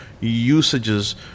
usages